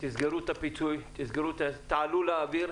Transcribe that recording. תסגרו את הפיצוי, תעלו לאוויר,